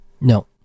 No